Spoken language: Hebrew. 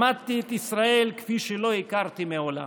למדתי את ישראל כפי שלא הכרתי מעולם.